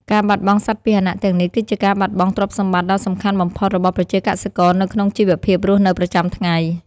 ការបាត់បង់សត្វពាហនៈទាំងនេះ គឺជាការបាត់បង់ទ្រព្យសម្បត្តិដ៏សំខាន់បំផុតរបស់ប្រជាកសិករនៅក្នុងជីវភាពរស់នៅប្រចាំថ្ងៃ។